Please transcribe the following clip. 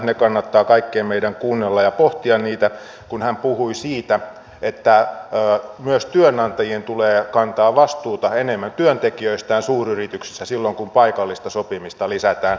ne kannattaa kaikkien meidän kuunnella ja pohtia niitä kun hän puhui siitä että myös työnantajien tulee kantaa vastuuta enemmän työntekijöistään suuryrityksissä silloin kun paikallista sopimista lisätään